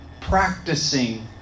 practicing